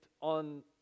on